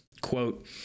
quote